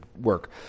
work